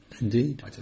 Indeed